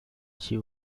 she